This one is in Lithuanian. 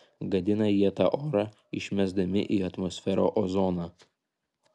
gadina jie tą orą išmesdami į atmosferą ozoną